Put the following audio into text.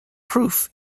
proof